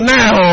now